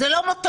זה לא מותרות.